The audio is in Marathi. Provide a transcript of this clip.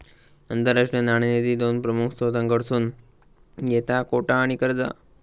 आंतरराष्ट्रीय नाणेनिधी दोन प्रमुख स्त्रोतांकडसून येता कोटा आणि कर्जा